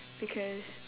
because